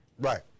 Right